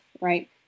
right